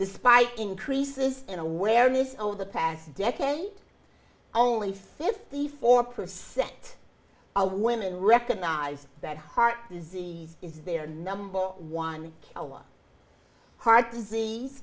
despite increases in awareness over the past decade only fifty four percent of women recognize that heart disease is their number one ally heart disease